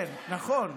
כן, נכון.